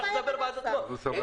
הנוסח מדבר בעד עצמו.